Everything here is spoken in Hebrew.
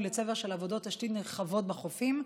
לצבר של עבודות תשתית נרחבות בחופים,